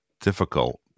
difficult